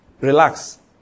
Relax